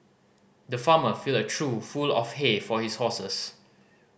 the farmer filled a trough full of hay for his horses